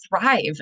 thrive